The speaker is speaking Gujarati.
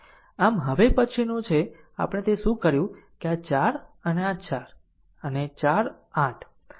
આમ હવે પછીનું છે આપણે તે કર્યું છે કે આ 4 આ 4 અને 4 8